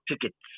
tickets